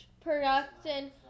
production